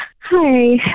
Hi